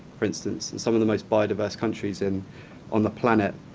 for instance, and some of the most biodiverse countries and on the planet.